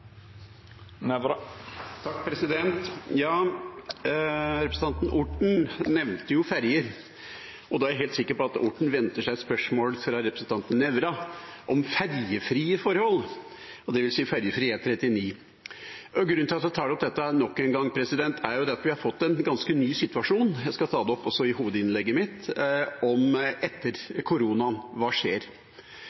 da er jeg helt sikker på at Orten venter seg et spørsmål fra representanten Nævra om ferjefrie forhold, dvs. ferjefri E39. Grunnen til at jeg tar opp dette nok en gang, er at vi har fått en ganske ny situasjon. Jeg skal ta det opp også i hovedinnlegget mitt: Hva skjer etter